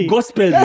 Gospel